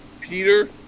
Peter